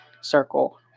circle